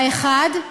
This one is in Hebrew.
האחד,